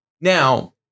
now